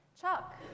Chuck